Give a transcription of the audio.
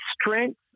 strength